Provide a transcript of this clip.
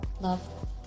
love